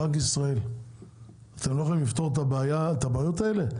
בנק ישראל, אתם לא יכולים לפתור את הבעיות האלה?